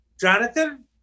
Jonathan